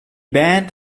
band